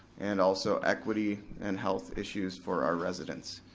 and also equity and health issues for our residents.